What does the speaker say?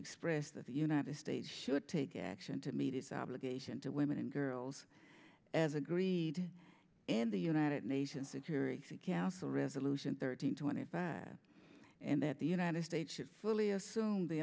express that the united states should take action to meet its obligation to women and girls as agreed in the united nations security council resolution thirteen twenty about and that the united states should fully assume the